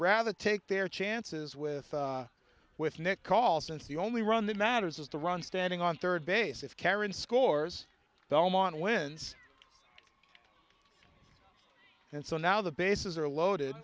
rather take their chances with with nichol since the only run that matters is the run standing on third base if karan scores the home on wins and so now the bases are loaded